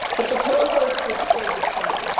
but the cohorts would stay the same,